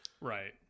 Right